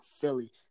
Philly